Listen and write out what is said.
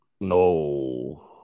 No